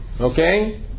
Okay